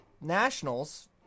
Nationals